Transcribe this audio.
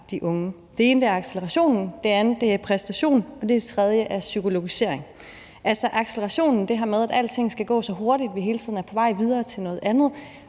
Den ene er acceleration, den anden er præstation, og den tredje er psykologisering. Acceleration er det her med, at alting skal gå så hurtigt, og at vi hele tiden er på vej videre til noget andet.